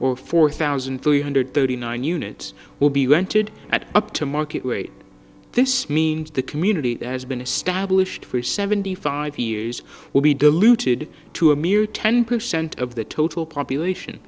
well four thousand three hundred thirty nine units will be rented at up to market rate this means the community has been established for seventy five use will be diluted to a mere ten percent of the total population